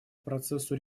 процессу